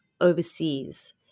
overseas